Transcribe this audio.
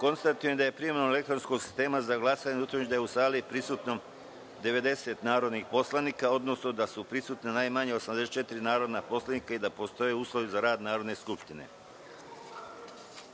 glasanje. Konstatujem da je primenom elektronskog sistema za glasanje utvrđeno da je u sali prisutno 90 narodnih poslanika, odnosno da su prisutna najmanje 84 narodna poslanika i da postoje uslovi za rad Narodne skupštine. Da